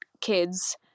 kids